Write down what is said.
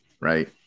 right